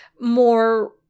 more